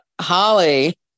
Holly